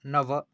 नव